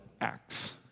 acts